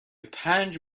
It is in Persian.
پنج